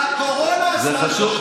בקורונה, בקורונה הזמן דוחק.